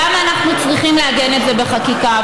למה אנחנו צריכים לעגן את זה בחקיקה?